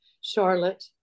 Charlotte